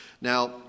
Now